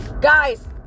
Guys